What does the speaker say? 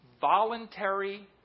voluntary